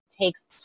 takes